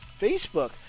Facebook